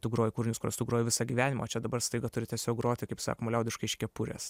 tu groji kūrinius kuriuos tu groji visą gyvenimą o čia dabar staiga turi tiesiog groti kaip sakoma liaudiškai iš kepurės